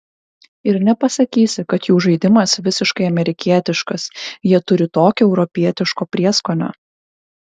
ir nepasakysi kad jų žaidimas visiškai amerikietiškas jie turi tokio europietiško prieskonio